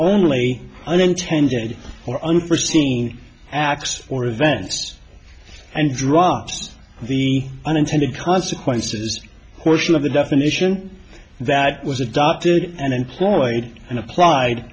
only unintended or unforseen acts or events and drops the unintended consequences portion of the definition that was adopted and employed and applied